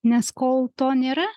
nes kol to nėra